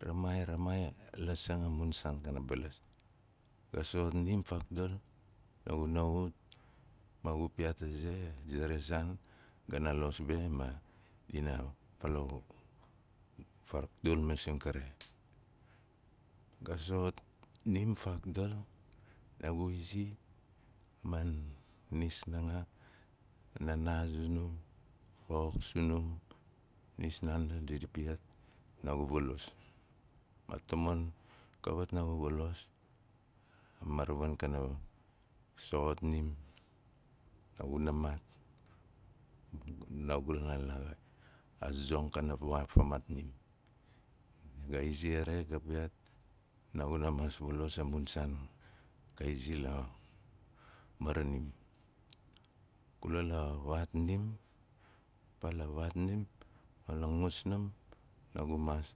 Ramaai. ramaai. la sang a mun kana balas. Ga soxot nim faagdal. masing kari gaso ot nim faagdal naagu izi maan nis naaga; naanaa zunun koxok sunum nis naanadi dina piyaat naagu valos. Ma tamion kawat naagu valos. a maravan za a zong kaua vawaan fa maat nim. ga iziar ga piyaat naaguna maas los a mun saan a kaizi la maran nim. Kula la waatnim a paa la wastnim ma la ngusnam. naaguna maas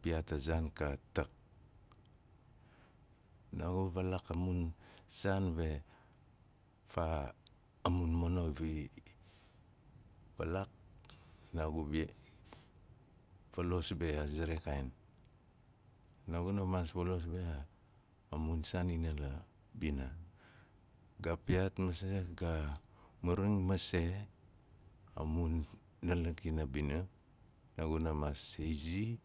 piyaat a zaat katak naagu valaak a mun saan be faa mun mono di valaak, naagun bi falos be a ze ra kaain. Naaguna maas falos be a mun saan ila bina. Ga piyaat mase ga mauring masei a mun nalak ila bina, naaguna maas izi